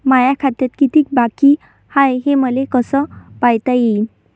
माया खात्यात कितीक बाकी हाय, हे मले कस पायता येईन?